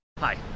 Hi